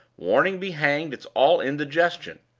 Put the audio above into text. warning be hanged it's all indigestion!